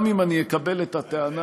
גם אם אני אקבל את הטענה,